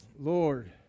Lord